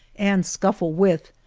and scuffle with,